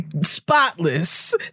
spotless